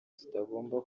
zitagomba